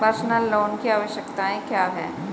Personal loan की आवश्यकताएं क्या हैं?